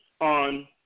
on